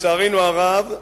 ולצערנו הרב,